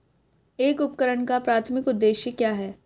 एक उपकरण का प्राथमिक उद्देश्य क्या है?